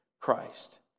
Christ